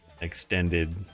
extended